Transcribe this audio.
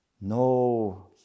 No